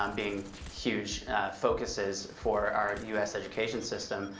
um being huge focuses for our u s. education system.